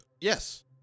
yes